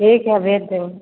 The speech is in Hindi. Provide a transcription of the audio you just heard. ठीक है भेज रही हूँ